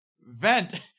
Vent